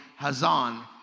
Hazan